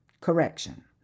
correction